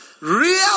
Real